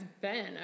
Ben